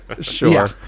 Sure